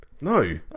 no